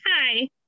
Hi